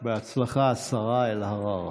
בהצלחה, השר אלקין.